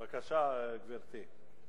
בבקשה, גברתי.